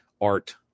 art